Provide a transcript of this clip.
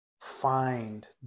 find